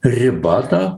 riba ta